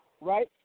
right